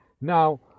now